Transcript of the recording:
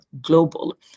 global